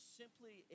simply